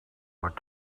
what